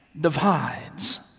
divides